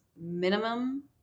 minimum